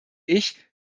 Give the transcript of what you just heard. ich